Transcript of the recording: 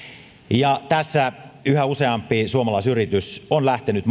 tässä yhä useampi suomalaisyritys on lähtenyt